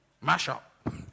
Mash-up